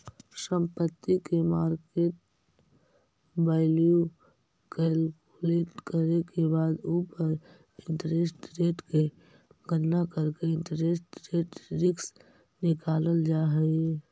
संपत्ति के market value calculate करे के बाद उ पर इंटरेस्ट रेट के गणना करके इंटरेस्ट रेट रिस्क निकालल जा हई